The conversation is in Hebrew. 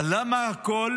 אבל למה את הכול